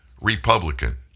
Republican